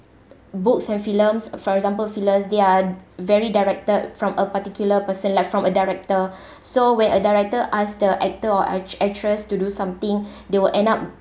books and films for example films they're very directed from a particular person like from a director so when a director asked the actor or act~ actress to do something they will end up